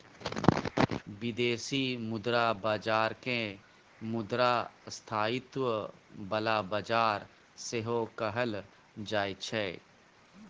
बिदेशी मुद्रा बजार केँ मुद्रा स्थायित्व बला बजार सेहो कहल जाइ छै